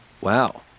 Wow